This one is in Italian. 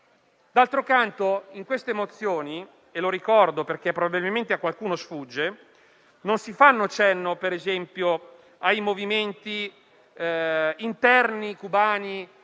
D'altro canto, nella mozione - lo ricordo perché probabilmente a qualcuno sfugge - non si fa cenno, ad esempio, ai movimenti interni cubani,